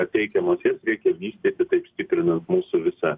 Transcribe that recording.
pateikiamos jas reikia vystyti taip stiprinant mūsų visą